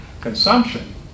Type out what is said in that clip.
consumption